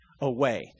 away